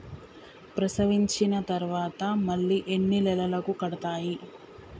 ప్రసవించిన తర్వాత మళ్ళీ ఎన్ని నెలలకు కడతాయి?